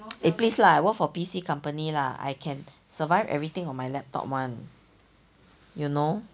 eh please lah I work for P_C company lah I can survive everything on my laptop [one] you know